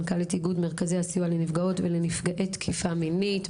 מנכ"לית איגוד מרכזי הסיוע לנפגעות ונפגעי תקיפה מינית,